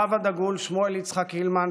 הרב הדגול שמואל יצחק הילמן,